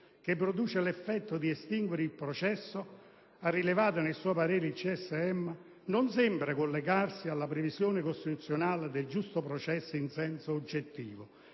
che produce l'effetto di estinguere il processo» - ha rilevato nel suo parere il CSM - «non sembra collegarsi alla previsione costituzionale del giusto processo in senso oggettivo,